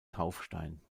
taufstein